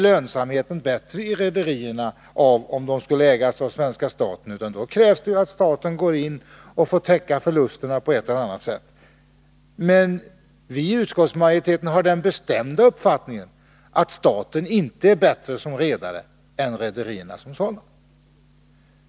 Lönsamheten i rederierna blir inte bättre om de ägs av svenska staten. Då kommer det att krävas att staten går in och täcker förlusterna på ett eller annat sätt. I utskottsmajoriteten har vi den bestämda uppfattningen att staten inte är bättre som redare än rederierna själva.